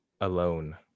Alone